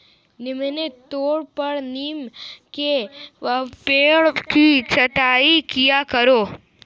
नियमित तौर पर नीम के पेड़ की छटाई किया करो